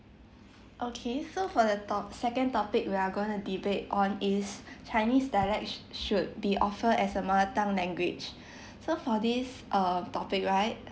okay so for the to~ second topic we are going to debate on is chinese dialect sh~ should be offered as a mother tongue language so for this err topic right